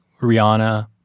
Rihanna